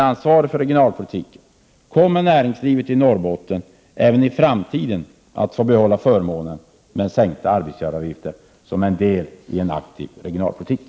Jag ger personligen inte mycket för den rapporten.